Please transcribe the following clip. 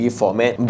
format